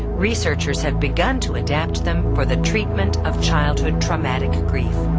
researchers have begun to adapt them for the treatment of childhood traumatic grief.